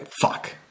fuck